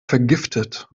vergiftet